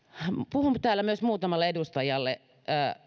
puhun täällä myös muutamalle edustajalle